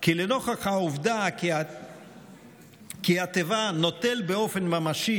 כי לנוכח העובדה כי התיבה "נוטל באופן ממשי"